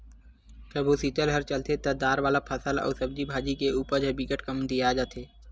कभू सीतलहर चलथे त दार वाला फसल अउ सब्जी भाजी के उपज ह बिकट कमतिया जाथे